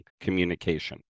communication